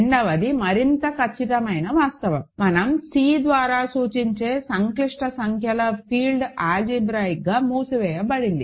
రెండవది మరింత ఖచ్చితమైన వాస్తవం మనం C ద్వారా సూచించే సంక్లిష్ట సంఖ్యల ఫీల్డ్ ఆల్జీబ్రాయిక్ గా మూసివేయబడింది